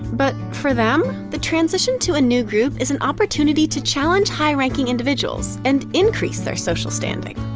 but for them, the transition to a new group is an opportunity to challenge high-ranking individuals and increase their social standing.